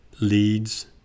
leads